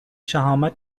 شهامت